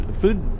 food